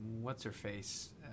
what's-her-face